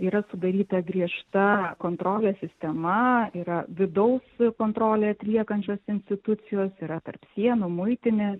yra sudaryta griežta kontrolės sistema yra vidaus kontrolę atliekančios institucijos yra tarp sienų muitinė